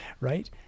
Right